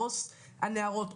עו"ס הנערות,